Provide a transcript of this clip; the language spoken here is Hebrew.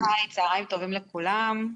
צוהריים טובים לכולם,